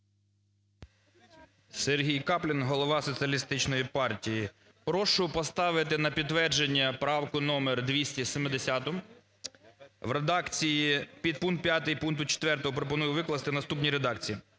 Сергій Каплін, голова Соціалістичної партії. Прошу поставити на підтвердження правку № 270 в редакції підпункт 5 пункту 4 викласти в наступній редакції.